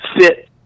fit